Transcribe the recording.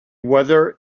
weather